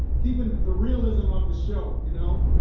keeping the realism of the show, you know